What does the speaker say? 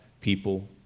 people